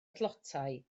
tlotai